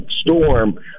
storm